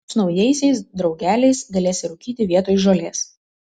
su naujaisiais draugeliais galėsi rūkyti vietoj žolės